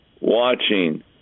watching